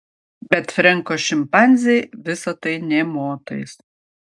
bet frenko šimpanzei visa tai nė motais